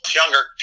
younger